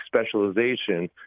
specialization